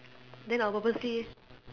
then I'll purposely